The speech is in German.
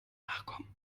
nachkommen